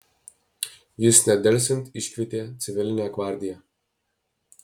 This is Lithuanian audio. jis nedelsiant iškvietė civilinę gvardiją